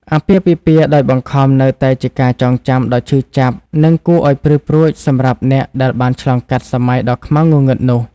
អាពាហ៍ពិពាហ៍ដោយបង្ខំនៅតែជាការចងចាំដ៏ឈឺចាប់និងគួរឱ្យព្រឺព្រួចសម្រាប់អ្នកដែលបានឆ្លងកាត់សម័យដ៏ខ្មៅងងឹតនោះ។